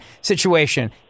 situation